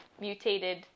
mutated